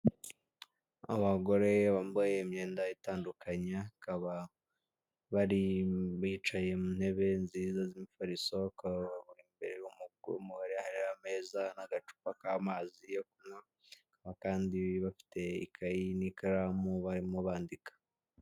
Abagore bambaye imyenda itandukanye, bakaba bari bicaye mu ntebe nziza z'imifariso, akaba imbere y'umugore hariho ameza n'agacupa k'amazi yo kunywa, bakaba kandi bafite ikayi n'ikaramu barimo bandika.